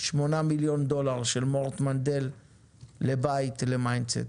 שמונה מיליון דולר של מורט מנדל לבית ל-Mindset.